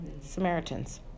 Samaritans